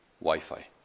Wi-Fi